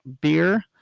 Beer